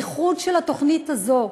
הייחוד של התוכנית הזאת,